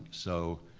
so